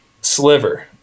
sliver